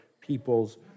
people's